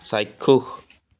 চাক্ষুষ